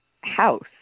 House